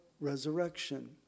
resurrection